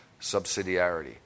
subsidiarity